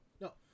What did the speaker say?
no